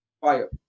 fire